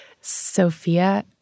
Sophia